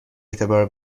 اعتبار